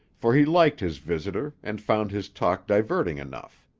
for he liked his visitor and found his talk diverting enough.